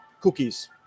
cookies